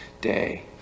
day